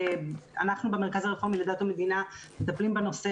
אנחנו במרכז הרפורמי לדת ומדינה מטפלים בנושא